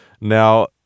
Now